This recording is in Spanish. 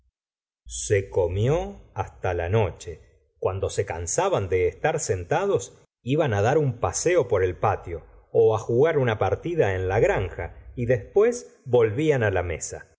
se comió hasta la noche cuando se cansaban de estar sentados iban dar un paseo por el patio á jugar una partida en la granja y después volvían la mesa